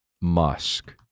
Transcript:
musk